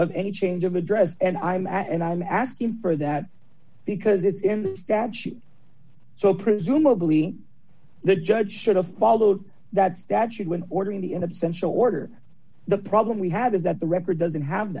of any change of address and i'm and i'm asking for that because it's in the statute so presumably the judge should have followed that statute when ordering the end of sensual order the problem we have is that the record doesn't have